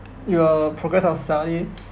your progress of study